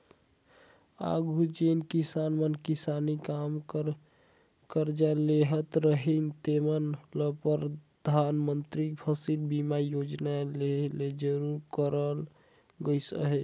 आघु जेन किसान मन किसानी काम बर करजा लेहत रहिन तेमन ल परधानमंतरी फसिल बीमा योजना लेहे ले जरूरी करल गइस अहे